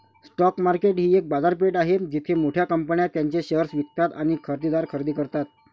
stock market ही एक बाजारपेठ आहे जिथे मोठ्या कंपन्या त्यांचे शेअर्स विकतात आणि खरेदीदार खरेदी करतात